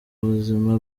buzima